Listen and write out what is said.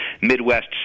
Midwest